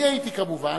כמובן,